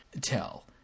tell